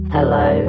Hello